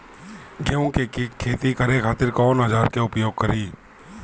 गेहूं के खेती करे खातिर कवन औजार के प्रयोग करी?